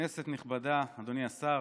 כנסת נכבדה, אדוני השר,